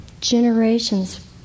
Generations